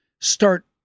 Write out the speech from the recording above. start